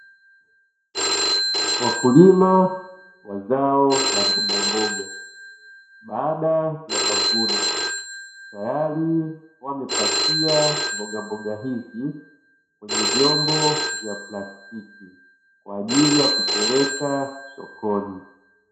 Wakulima wa zao la mbogamboga baada ya mavuno, tayari wamepakia mbogamboga hizi kwenye vyombo vya plastiki, kwa ajili ya kupeleka sokoni.